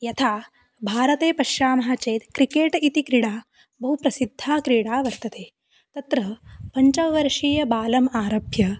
यथा भारते पश्यामः चेत् क्रिकेट् इति क्रीडा बहु प्रसिद्धा क्रीडा वर्तते तत्र पञ्चवर्षीयबालाद् आरभ्य